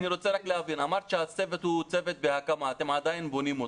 אני רק רוצה לשאול שאלה: אמרת שהצוות בהקמה ואתם עדיין בונים אותו.